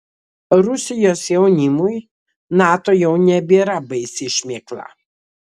rusijos jaunimui nato jau nebėra baisi šmėkla